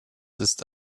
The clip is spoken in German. ist